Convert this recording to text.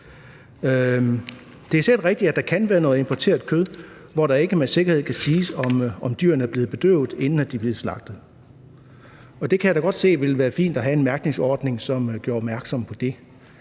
Det er sikkert rigtigt, at der kan være noget importeret kød, hvor man ikke med sikkerhed kan sige, om dyrene er blevet bedøvet, inden de er blevet slagtet. Og der kan jeg da godt se, det ville være fint at have en mærkningsordning, som gjorde opmærksom på det.